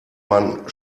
man